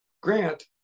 Grant